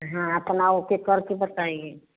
हाँ अपना ओके करके बताइए